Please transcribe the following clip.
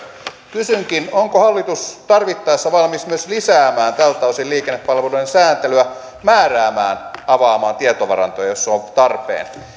kysynkin onko hallitus tarvittaessa valmis myös lisäämään tältä osin liikennepalveluiden sääntelyä määräämään avaamaan tietovarantoja jos se on tarpeen